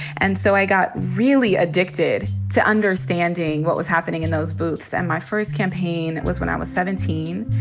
and so i got really addicted to understanding what was happening in those booths. and my first campaign was when i was seventeen.